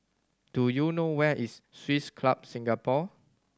do you know where is Swiss Club Singapore